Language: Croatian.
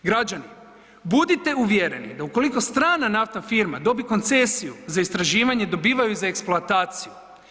Građani, budite uvjereni da ukoliko strana naftna firma dobi koncesiju za istraživanje, dobiva ju i za eksploataciju.